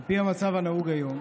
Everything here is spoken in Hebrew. על פי המצב הנהוג היום,